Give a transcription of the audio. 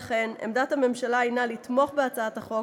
לכן עמדת הממשלה היא לתמוך בהצעת החוק,